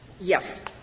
Yes